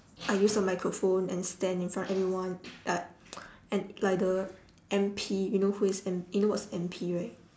I used a microphone and stand in front of everyone like and like the M_P you know who is you know what is M_P right